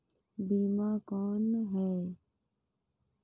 बीमा कौन है?